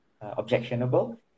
objectionable